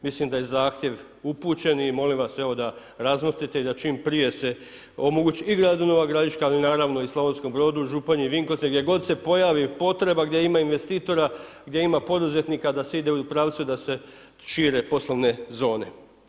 Mislim da je zahtjev upućen i molim vas evo da razmislite te da čim prije se omogući i gradu Nova Gradiška, ali naravno i Slavonskom Brodu, Županji i Vinkovcima, gdje god se pojavi potreba gdje ima investitora, gdje ima poduzetnika da se ide u pravcu da se šire poslovne zone.